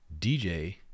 DJ